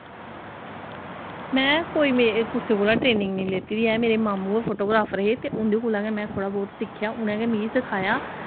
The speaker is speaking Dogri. में कोई कुसै कोला ट्रेनिंग नी लैती दी ऐ मेरे मामू गै फोटोग्राफर हे ते उं'दे कोला गै में थोह्ड़ा बौह्त सिक्खेआ उ'नें गै मिगी सखाया